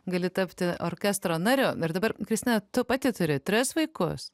gali tapti orkestro nariu na ir dabar kristina tu pati turi tris vaikus